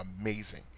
amazing